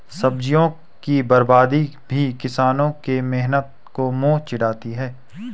सब्जियों की बर्बादी भी किसानों के मेहनत को मुँह चिढ़ाती है